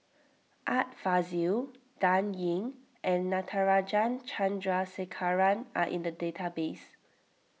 Art Fazil Dan Ying and Natarajan Chandrasekaran are in the database